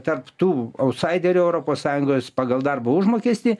tarp tų autsaiderių europos sąjungos pagal darbo užmokestį